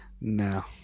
no